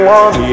one